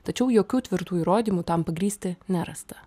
tačiau jokių tvirtų įrodymų tam pagrįsti nerasta